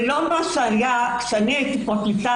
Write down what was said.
זה לא כפי שהיה כאשר אני הייתי פרקליטה